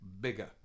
bigger